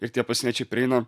ir tie pasieniečiai prieina